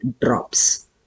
drops